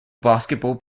basketball